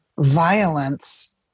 violence